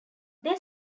they